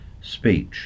speech